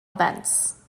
events